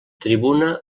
tribuna